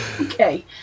Okay